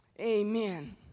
Amen